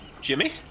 Jimmy